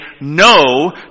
no